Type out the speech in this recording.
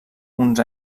uns